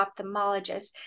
ophthalmologist